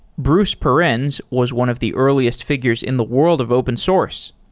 bruce perens was one of the earliest figures in the world of open source.